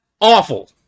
awful